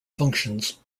functions